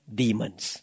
demons